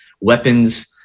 weapons